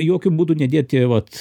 jokiu būdu nedėti vat